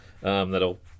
That'll